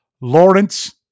Lawrence